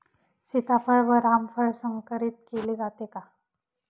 सीताफळ व रामफळ संकरित केले जाते का?